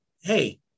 hey